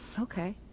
Okay